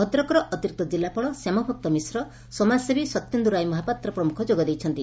ଭଦ୍ରକର ଅତିରିକ୍ତ ଜିଲ୍ଲାପାଳ ଶ୍ୟାମଭକ୍ତ ମିଶ୍ର ସମାଜସେବି ସତ୍ୟୋନ୍ଦୁ ରାୟ ମହାପାତ୍ର ପ୍ରମୁଖ ଯୋଗ ଦେଇଥିଲେ